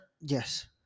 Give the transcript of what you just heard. Yes